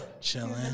Chilling